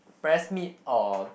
breast meat or